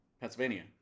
Pennsylvania